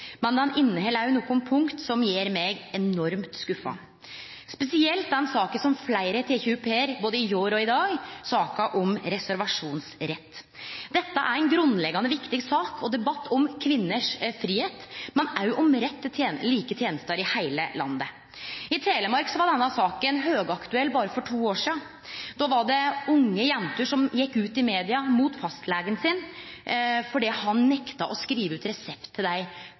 men den inneheld òg nokre punkt som gjer meg enormt skuffa, spesielt den saka som fleire har teke opp her, både i går og i dag, saka om reservasjonsrett. Dette er ei grunnleggjande viktig sak og debatt om kvinner sin fridom, men òg om rett til like tenester i heile landet. I Telemark var denne saka høgaktuell for berre to år sidan. Då var det unge jenter som gjekk ut i media mot fastlegen sin fordi han nekta å skrive ut resept på p-piller til dei.